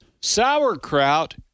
Sauerkraut